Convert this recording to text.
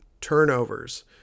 turnovers